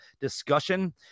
discussion